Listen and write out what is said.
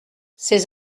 ces